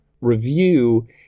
review